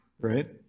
right